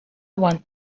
want